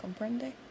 Comprende